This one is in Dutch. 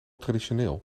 traditioneel